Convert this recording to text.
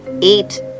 Eat